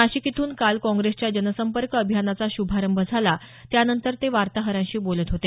नाशिक इथून काल काँग्रेसच्या जनसंपर्क अभियानाचा शुभारंभ झाला त्यानंतर ते वार्ताहरांशी बोलत होते